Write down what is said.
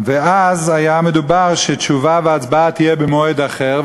ואז היה מדובר שתשובה והצבעה יהיו במועד אחר,